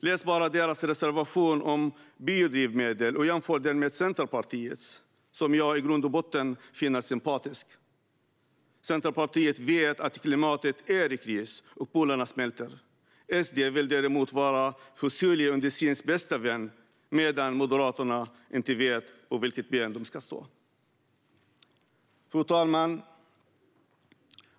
Läs bara deras reservation om biodrivmedel och jämför den med Centerpartiets, som jag i grund och botten finner sympatisk. Centerpartiet vet att klimatet är i kris och att polerna smälter. SD vill däremot vara fossilindustrins bäste vän, medan Moderaterna inte vet på vilket ben de ska stå. Fru talman!